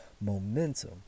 momentum